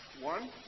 One